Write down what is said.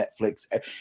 netflix